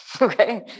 Okay